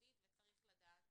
ייחודית וצריך לדעת